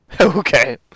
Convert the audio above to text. Okay